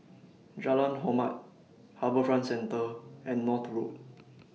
Jalan Hormat HarbourFront Centre and North Road